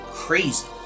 crazy